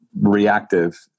reactive